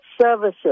services